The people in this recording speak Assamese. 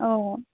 অঁ